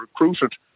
recruited